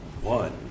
One